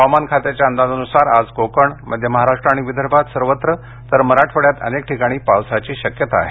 हवामान खात्याच्या अंदाजानुसार आज कोकण मध्य महाराष्ट्र आणि विदर्भात सर्वत्र तर मराठवाड्यात अनेक ठिकाणी पावसाची शक्यता आहे